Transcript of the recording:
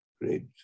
great